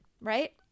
Right